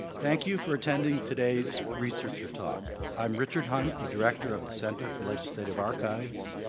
thank you for attending today's researcher talk. i'm richard hunt, the director of the center for legislative archives,